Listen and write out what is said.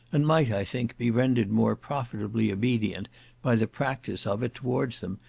and might, i think, be rendered more profitably obedient by the practice of it towards them,